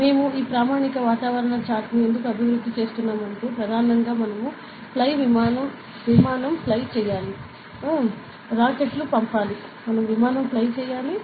మేము ఈ ప్రామాణిక వాతావరణ చార్ట్ను ఎందుకు అభివృద్ధి చేస్తున్నామంటే ప్రధానంగా మనం విమానం ఫ్లై చేయాలి రాకెట్లు పంపాలి